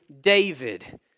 David